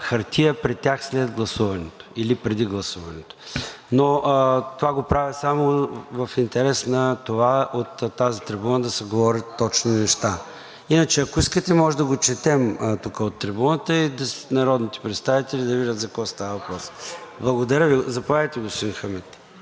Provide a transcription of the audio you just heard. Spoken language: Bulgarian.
хартия при тях след гласуването или преди гласуването. Но това го правя само в интерес на това от тази трибуна да се говорят точни неща. Иначе, ако искате, може де го четем тук от трибуната и народните представители да видят за какво става въпрос. Благодаря Ви. ХАМИД ХАМИД (ДПС, от